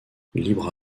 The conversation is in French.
libre